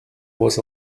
was